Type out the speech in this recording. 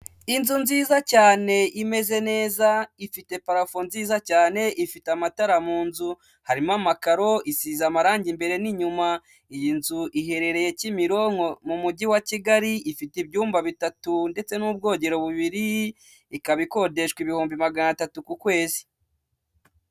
Inzu nziza cyane imeze neza, ifite parafo nziza cyane, ifite amatara mu nzu. Harimo amakaro, isize amarangi imbere n'inyuma. Iyi nzu iherereye Kimironko, mu mujyi wa Kigali, ifite ibyumba bitatu ndetse n'ubwogero bubiri, ikaba ikodeshwa ibihumbi magana atatu ku kwezi.